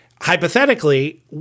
hypothetically